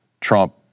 Trump